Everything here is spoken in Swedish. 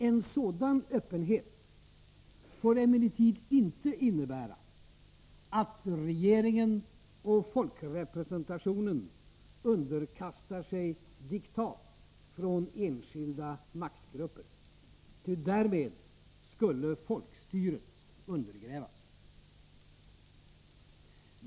En sådan öppenhet får emellertid inte innebära att regeringen och folkrepresentationen underkastar sig diktat från enskilda maktgrupper — ty därmed skulle folkstyret undergrävas.